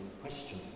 question